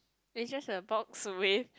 is just like a box survey